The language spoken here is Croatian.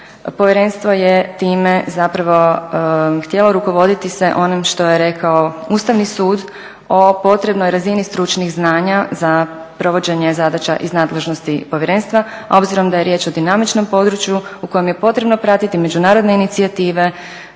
Povjerenstvo je time zapravo htjelo rukovoditi se onim što je rekao Ustavni sud o potrebnoj razini stručnih znanja za provođenje zadaća iz nadležnosti povjerenstva a obzirom da je riječ o dinamičnom području u kojem je potrebno pratiti međunarodne inicijative,